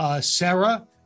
Sarah